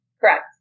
Correct